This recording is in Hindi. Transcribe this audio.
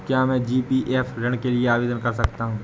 क्या मैं जी.पी.एफ ऋण के लिए आवेदन कर सकता हूँ?